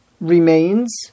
remains